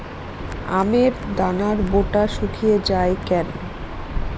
আমের দানার বোঁটা শুকিয়ে য়ায় কেন?